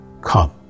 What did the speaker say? come